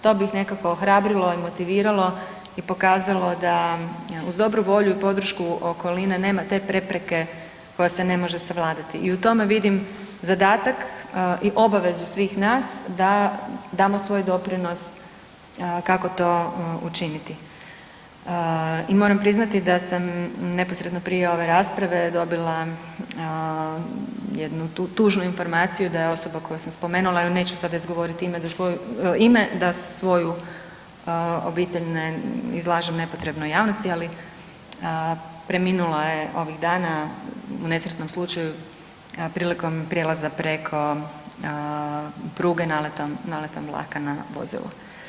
To bi ih nekako ohrabrilo i motiviralo i pokazalo da uz dobru volju i podršku okoline nema te prepreke koja se ne može savladati i u tome vidim zadatak i obavezu svih nas da damo svoj doprinos kako to učiniti i moram priznati da sam neposredno prije ove rasprave dobila jednu tužnu informaciju da je osoba koju sam spomenula ju neću sada izgovoriti ime, da svoju obitelj ne izlažem nepotrebnoj javnosti, ali preminula je ovih dana u nesretnom slučaju prilikom prijelaza preko pruge naletom vlaka na vozilo.